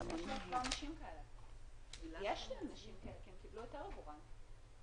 לנשים שצריכות לחזור מחופשת לידה.